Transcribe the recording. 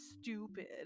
stupid